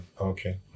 okay